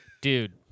Dude